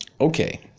Okay